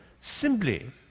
simply